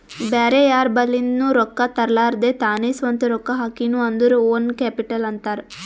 ಬ್ಯಾರೆ ಯಾರ್ ಬಲಿಂದ್ನು ರೊಕ್ಕಾ ತರ್ಲಾರ್ದೆ ತಾನೇ ಸ್ವಂತ ರೊಕ್ಕಾ ಹಾಕಿನು ಅಂದುರ್ ಓನ್ ಕ್ಯಾಪಿಟಲ್ ಅಂತಾರ್